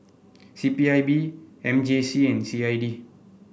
C P I B M J C and C I D